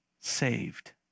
saved